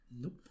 Nope